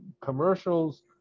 commercials